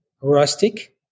rustic